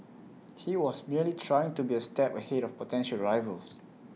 he was merely trying to be A step ahead of potential rivals